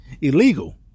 illegal